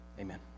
Amen